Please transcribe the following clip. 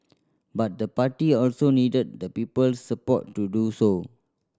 but the party also needed the people's support to do so